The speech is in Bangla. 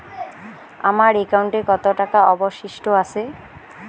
আমার একাউন্টে কত টাকা অবশিষ্ট আছে?